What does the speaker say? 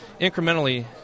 incrementally